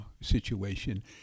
situation